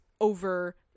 over